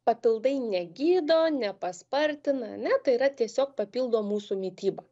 papildai negydo nepaspartina ane tai yra tiesiog papildo mūsų mitybą